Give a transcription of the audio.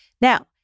Now